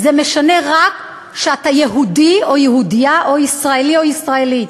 זה משנה רק שאתה יהודי או יהודייה או ישראלי או ישראלית.